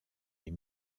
les